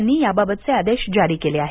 यांनी याबाबतचे आदेश जारी केले आहेत